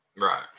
Right